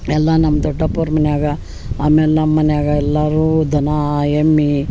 ಎಲ್ಲ ನಮ್ಮ ದೊಡ್ಡಪೊರ ಮನ್ಯಾಗ ಆಮೇಲೆ ನಮ್ಮ ಮನ್ಯಾಗ ಎಲ್ಲಾರೂ ದನ ಎಮ್ಮೆ